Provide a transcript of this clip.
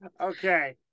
okay